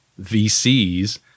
VCs